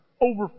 over